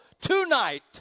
tonight